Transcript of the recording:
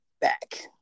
back